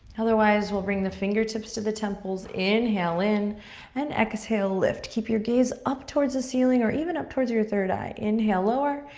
otherwise, we'll bring the fingertips to the temples. inhale in and exhale, lift. keep your gaze up towards the ceiling or even up towards your third eye. inhale, lower.